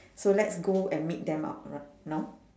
so let's go and meet them out now